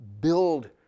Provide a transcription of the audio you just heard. build